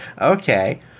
Okay